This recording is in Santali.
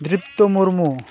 ᱫᱨᱤᱯᱛᱚ ᱢᱩᱨᱢᱩ